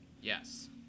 Yes